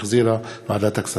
שהחזירה ועדת הכספים.